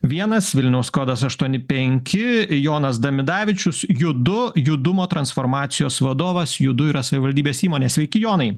vienas vilnius kodas aštuoni penki jonas damidavičius judu judumo transformacijos vadovas judu yra savivaldybės įmonė sveiki jonai